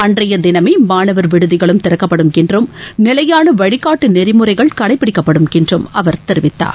அன்றைய தினமே மாணவர் விடுதிகளும் திறக்கப்படும் என்றும் நிலையாள வழிகாட்டு நெறிமுறைகள் கடைபிடிக்கப்படும் என்றும் அவர் தெரிவித்தார்